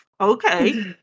Okay